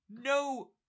no